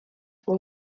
were